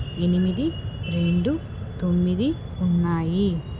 ఎనిమిది రెండు తొమ్మిది ఉన్నాయి